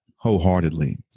wholeheartedly